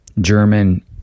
German